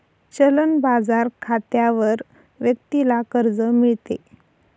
चलन बाजार खात्यावर व्यक्तीला कर्ज मिळते